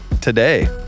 today